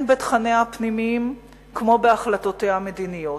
הן בתכניה הפנימיים כמו בהחלטותיה המדיניות.